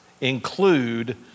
include